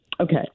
Okay